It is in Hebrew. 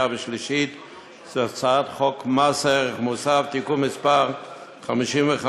ושלישית את הצעת חוק מס ערך מוסף (תיקון מס' 55),